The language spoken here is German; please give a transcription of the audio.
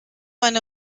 eine